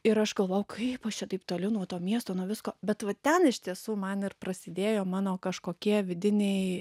ir aš galvojau kaip aš čia taip toli nuo to miesto nuo visko bet va ten iš tiesų man ir prasidėjo mano kažkokie vidiniai